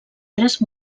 tres